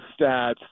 stats